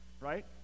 right